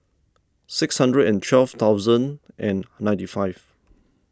six hundred and twelve thousand and ninety five